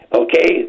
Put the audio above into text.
okay